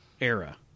era